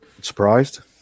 Surprised